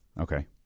Okay